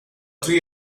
three